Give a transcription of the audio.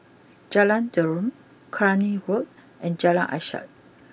Jalan Derum Cluny Road and Jalan Ishak